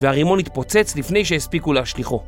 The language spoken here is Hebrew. והרימון התפוצץ לפני שהספיקו להשליכו